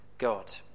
God